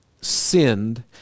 sinned